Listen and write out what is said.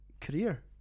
career